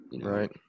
right